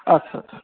আচ্ছা আচ্ছা